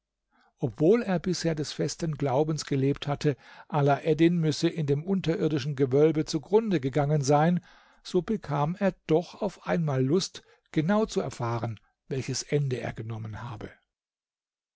obwohl er bisher des festen glaubens gelebt hatte alaeddin müsse in dem unterirdischen gewölbe zugrunde gegangen sein so bekam er doch auf einmal lust genau zu erfahren welches ende er genommen habe